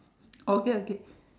okay okay